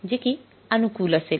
जे कि अनुकूल असेल